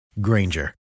Granger